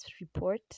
report